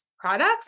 products